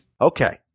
Okay